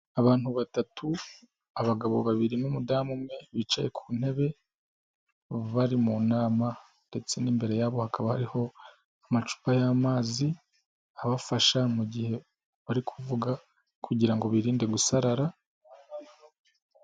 Abantu batatu: abagabo babiri n'umudamu umwe, bicaye ku ntebe bari mu nama ndetse n'imbere yabo hakaba hariho amacupa y'amazi, abafasha mu gihe bari kuvuga kugira birinde gusarara.